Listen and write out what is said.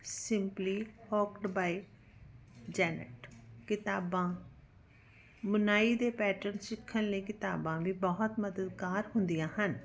simply hooked by Janet ਕਿਤਾਬਾਂ ਬੁਨਾਈ ਦੇ ਪੈਟਰਨ ਸਿੱਖਣ ਲਈ ਕਿਤਾਬਾਂ ਵੀ ਬਹੁਤ ਮਦਦਗਾਰ ਹੁੰਦੀਆਂ ਹਨ